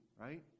right